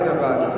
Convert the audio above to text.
עד הוועדה.